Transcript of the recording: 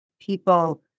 People